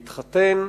להתחתן,